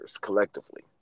collectively